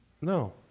No